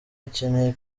akeneye